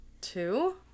two